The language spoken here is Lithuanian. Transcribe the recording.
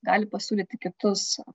gali pasiūlyti kitus